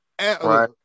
Right